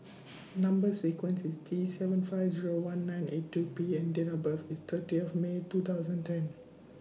Number sequence IS T seven five Zero one nine eight two P and Date of birth IS thirty of May two thousand and ten